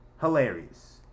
hilarious